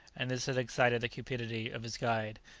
and this had excited the cupidity of his guide,